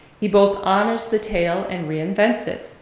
he both honors the tale and reinvents it.